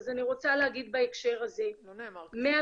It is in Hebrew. אז אני רוצה להגיד בהקשר הזה --- לא נאמר כזה דבר.